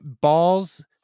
balls